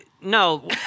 no